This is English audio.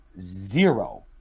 zero